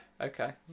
Okay